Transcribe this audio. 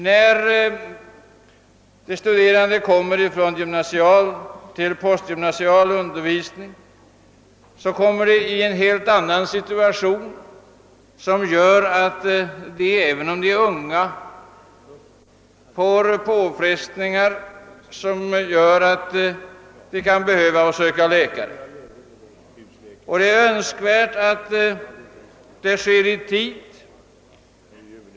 När de studerande kommer från gymnasial till postgymnasial undervisning, hamnar de i en helt annan situation som gör att de, även om de fortfarande är unga, utsätts för påfrestningar som medför att de kan behöva söka läkare. Det är önskvärt att detta sker i tid.